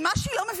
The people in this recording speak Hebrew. אם אני לא רוצה?